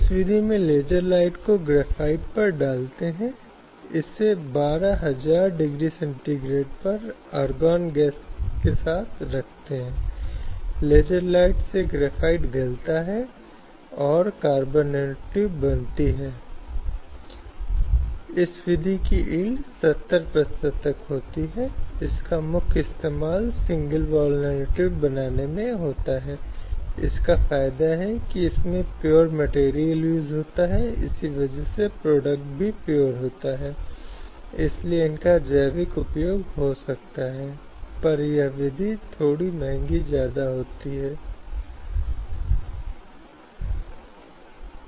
संदर्भसमय को देखें 0746 अब यह है कि हम पितृसत्तात्मक और सामाजिक संबंधों और मिथकों के बारे में अधिक बताते हैं जो हमने पहले बताए हैं जो इन पूर्वाग्रह या भेदभावपूर्ण प्रथाओं के संकेत में जाते हैं उदाहरण के लिए कई बार यह देखा जा सकता है कि एक महिला जो कार्यालय में काम करने या दूसरों के साथ काम करने के लिए है उसके संदर्भ में कुछ चुटकुले बने हैं जो कि चुटकुले हैं जो महिलाओं में एक असहज भावना पैदा करने की प्रवृत्ति है या जो महिलाओं के लिए अवांछित है